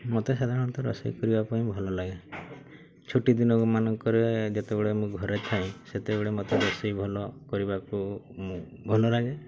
ମୋତେ ସାଧାରଣତଃ ରୋଷେଇ କରିବା ପାଇଁ ଭଲ ଲାଗେ ଛୁଟିଦିନ ମାନଙ୍କରେ ଯେତେବେଳେ ମୁଁ ଘରେ ଥାଏ ସେତେବେଳେ ମୋତେ ରୋଷେଇ ଭଲ କରିବାକୁ ମୁଁ ଭଲ ଲାଗେ